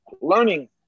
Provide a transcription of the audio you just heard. learning